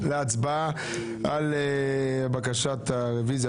להצבעה על בקשת הרוויזיה,